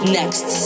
next